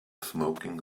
smoking